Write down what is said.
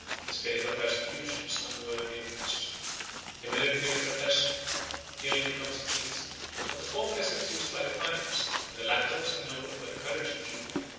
the spirit of persecution is unworthy of a christian the military profession ill becomes a priest but the former is excused by the times and the latter was ennobled by the courage of julian,